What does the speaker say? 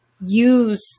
use